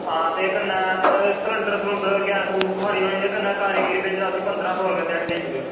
आं ते कन्नै सिलेंडर ते गैस ते कन्नै कारीगर भेजना ते उसगी पंदरां सौ रपेआ दिहाड़ी देई ओड़गे